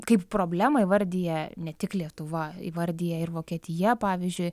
kaip problemą įvardija ne tik lietuva įvardija ir vokietija pavyzdžiui